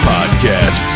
Podcast